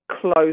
close